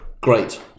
Great